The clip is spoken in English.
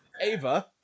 Ava